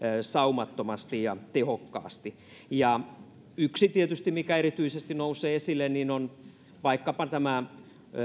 saumattomasti ja tehokkaasti ja yksi asia tietysti mikä erityisesti nousee esille on vaikkapa tämä